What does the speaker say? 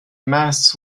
masts